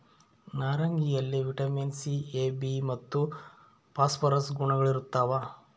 ನಾರಂಗಿಯಲ್ಲಿ vitamin C A B ಮತ್ತು phosphorus ಗುಣಗಳಿರ್ತಾವ